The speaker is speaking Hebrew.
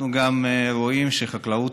אנחנו גם רואים שחקלאות